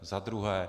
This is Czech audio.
Za druhé.